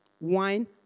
wine